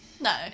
No